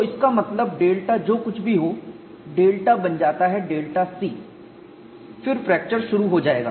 तो इसका मतलब डेल्टा जो कुछ भी हो डेल्टा बन जाता है डेल्टा c फिर फ्रैक्चर शुरू हो जाएगा